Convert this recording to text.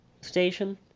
Station